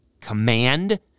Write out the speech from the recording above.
command